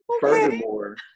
furthermore